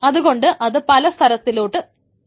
അതുകൊണ്ട് അത് പല സ്ഥലങ്ങളിലോട്ട് ആയിരിക്കണം